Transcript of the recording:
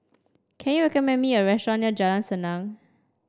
can you recommend me a restaurant near Jalan Senang